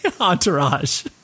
Entourage